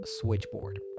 Switchboard